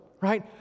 right